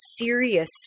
serious